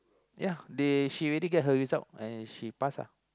ya they she already get her results and she pass ah